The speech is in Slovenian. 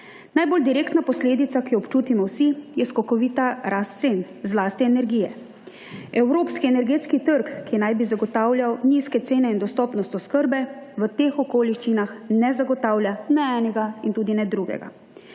Najbolj direktna posledica, ki jo občutimo vsi je skokovita rast cen zlasti energije. Evropski energetski trg, ki naj bi zagotavljal nizke cene in dostopnost oskrbe v teh okoliščinah ne zagotavlja ne enega in tudi ne drugega.